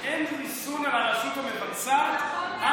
שאין ריסון על הרשות המבצעת, נכון מאוד.